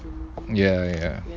ya ya ya